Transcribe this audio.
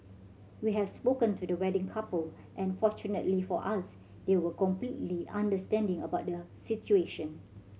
we have spoken to the wedding couple and fortunately for us they were completely understanding about the situation